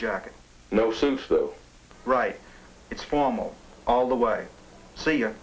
jacket no since though right it's formal all the way so you're